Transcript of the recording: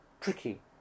tricky